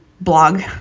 blog